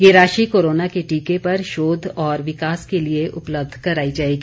यह राशि कोरोना के टीके पर शोध और विकास के लिए उपलब्ध कराई जाएगी